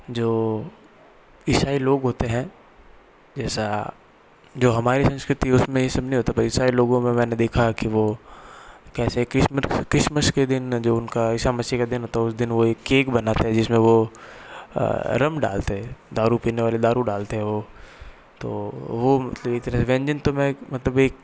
जो ईसाई लोग होते हैं जैसा जो हमारे संस्कृति उसमें ये सब नहीं होता पर ईसाई लोगों में मैंने देखा है कि वो कैसे क्रिसमस क्रिसमस के दिन जो उनका ईसा मसीह का दिन होता उस दिन वो एक केक बनाता है जिसमें वो रम डालते हैं दारू पीने वाले दारू डालते हैं वो तो वो मतलब इतने व्यंजन तो मैं एक मतलब एक